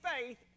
faith